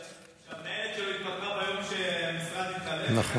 שהמנהלת שלו התפטרה ביום שהמשרד התחלף וכל